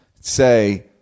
say